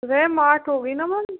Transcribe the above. RAM आठ होंगी न मैम